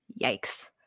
Yikes